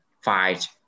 fight